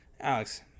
alex